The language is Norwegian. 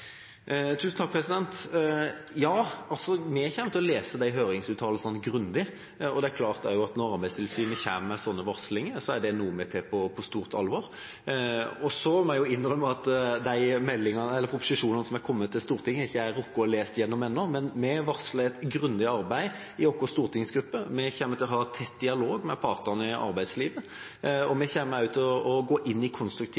Ja, vi kommer til å lese de høringsuttalelsene grundig, og det er også klart at når Arbeidstilsynet kommer med slike advarsler, er det noe vi tar på stort alvor. Og så må jeg innrømme at de proposisjonene som har kommet til Stortinget, har jeg ikke rukket å lese gjennom ennå, men vi varsler et grundig arbeid i vår stortingsgruppe. Vi kommer til å ha tett dialog med partene i arbeidslivet. Vi kommer også til å gå inn i konstruktive